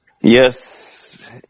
Yes